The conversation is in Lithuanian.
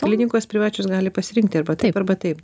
klinikos privačios gali pasirinkti arba taip arba taip